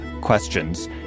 questions